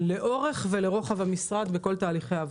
לאורכו ולרוחבו של המשרד.